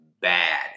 bad